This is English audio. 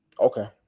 Okay